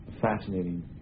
fascinating